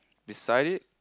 beside it